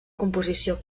composició